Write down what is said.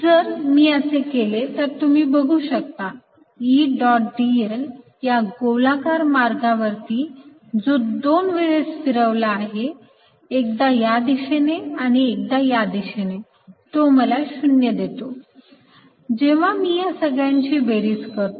जर मी असे केले तर तुम्ही बघू शकता E डॉट dl या गोलाकार मार्गावरती जो दोन वेळेस फिरवला आहे एकदा या दिशेने आणि एकदा या दिशेने तो मला 0 देतो जेव्हा मी या सगळ्यांची बेरीज करतो